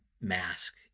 mask